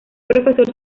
profesor